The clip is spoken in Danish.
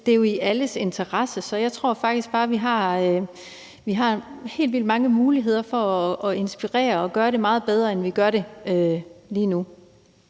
det er i alles interesse, så jeg tror faktisk bare, at vi har helt vildt mange muligheder for at inspirere og gøre det meget bedre, end vi gør det lige nu.